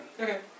Okay